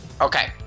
Okay